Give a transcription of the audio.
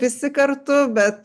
visi kartu bet